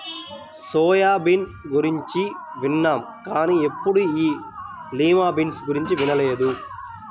soya bean గురించి విన్నాం కానీ ఎప్పుడూ ఈ లిమా బీన్స్ గురించి వినలేదు